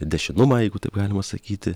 dešinumą jeigu taip galima sakyti